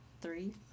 Three